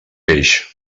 peix